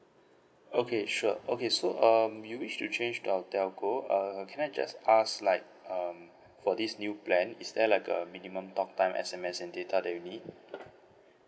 okay sure okay so um you wish to change to our telco uh can I just ask like um for this new plan is there like a minimum talk time S_M_S and data that you need